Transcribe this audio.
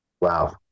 Wow